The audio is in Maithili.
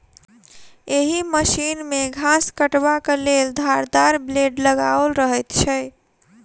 एहि मशीन मे घास काटबाक लेल धारदार ब्लेड लगाओल रहैत छै